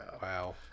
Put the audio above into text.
wow